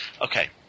Okay